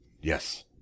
yes